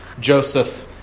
Joseph